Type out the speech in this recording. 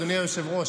אדוני היושב-ראש,